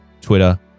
Twitter